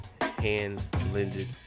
hand-blended